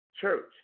church